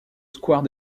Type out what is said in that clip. square